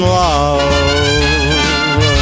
love